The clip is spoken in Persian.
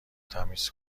تمیز